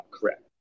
correct